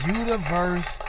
universe